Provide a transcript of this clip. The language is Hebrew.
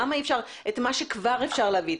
למה אי אפשר להביא את מה שכבר אפשר להביא,